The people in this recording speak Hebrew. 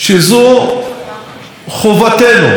זו חובתנו